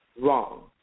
Wrong